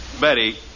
Betty